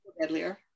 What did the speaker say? deadlier